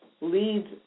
leads